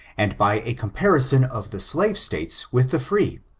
and by a comparison of the slave states with the free,